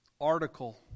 article